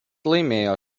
laimėjo